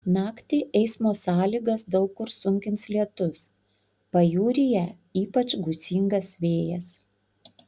naktį eismo sąlygas daug kur sunkins lietus pajūryje ypač gūsingas vėjas